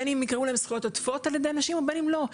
בין אם יקראו להם זכויות עודפות על ידי אנשים ובין אם לא,